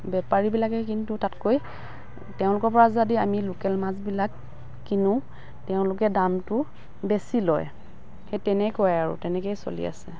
বেপাৰীবিলাকে কিন্তু তাতকৈ তেওঁলোকৰ পৰা যদি আমি লোকেল মাছবিলাক কিনো তেওঁলোকে দামটো বেছি লয় সেই তেনেকুৱাই আৰু তেনেকেই চলি আছে